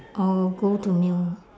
or go to meal